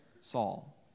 Saul